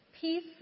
Peace